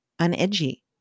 unedgy